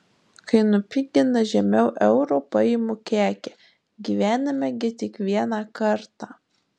kai nupigina žemiau euro paimu kekę gyvename gi tik vieną kartą